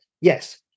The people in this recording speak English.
Yes